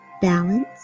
balance